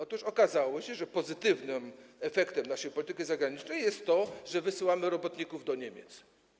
Otóż okazało się, że pozytywnym efektem naszej polityki zagranicznej jest to, że wysyłamy robotników do Niemiec.